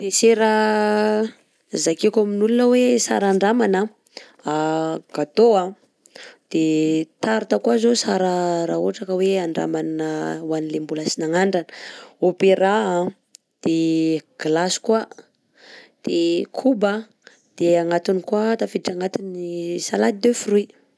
Dessert zakeko amin'olo hoe sara andramana: gâteau, de tarte koà zao sara raha ohatra ka hoe andramana ho an'ny le mbola tsy nagnandrana, opéra, de glace koà, de koba, de agnatiny koà tafiditra agnatiny salade de fruits.